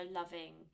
loving